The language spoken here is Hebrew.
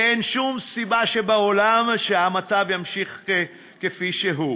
ואין שום סיבה בעולם שהמצב יימשך כפי שהוא.